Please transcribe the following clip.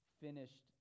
finished